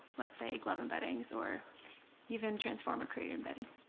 let's say glove embeddings or even transformed or create embeddings.